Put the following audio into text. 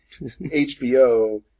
HBO